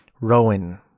Rowan